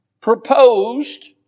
proposed